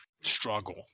struggle